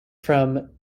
from